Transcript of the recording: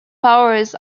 powers